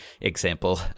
example